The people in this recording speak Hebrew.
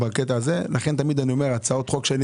לכן אני אומר תמיד - הצעות חוק שאני